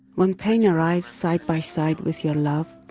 when pain arrives side by side with your love,